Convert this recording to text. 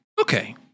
Okay